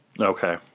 Okay